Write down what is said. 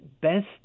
best